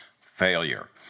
failure